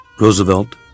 Roosevelt